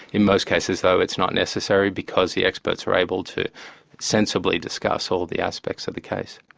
in most cases though it's not necessary because the experts are able to sensibly discuss all the aspects of the case.